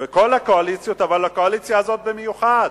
בכל הקואליציות, אבל הקואליציה הזאת במיוחד.